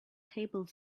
table